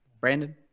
Brandon